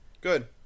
Good